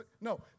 no